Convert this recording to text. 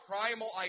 primal